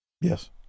Yes